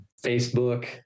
Facebook